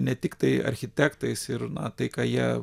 ne tiktai architektais ir na tai ką jie